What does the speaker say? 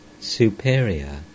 Superior